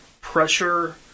pressure